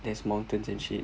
there's mountains and shit